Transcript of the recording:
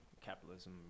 capitalism